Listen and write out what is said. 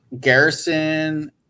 Garrison